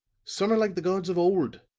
some are like the gods of old,